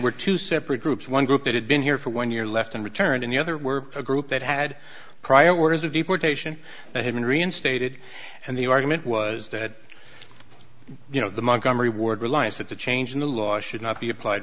were two separate groups one group that had been here for one year left and returned in the other were a group that had prior workers of deportation and had been reinstated and the argument was that you know the montgomery ward realize that the change in the law should not be applied